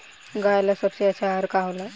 गाय ला सबसे अच्छा आहार का होला?